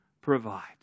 provides